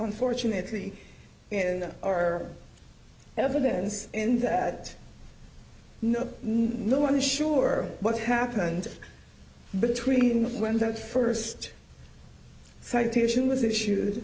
unfortunately in our evidence in that no one is sure what happened between when that first citation was issue